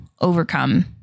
overcome